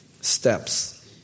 steps